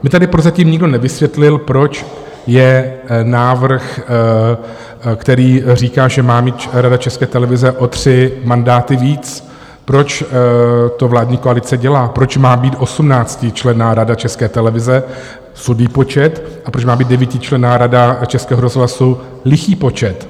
Mně tady prozatím nikdo nevysvětlil, proč je návrh, který říká, že má mít Rada České televize o tři mandáty víc, proč to vládní koalice dělá, proč má být osmnáctičlenná rada České televize, sudý počet, a proč má být devítičlenná Rada Českého rozhlasu, lichý počet.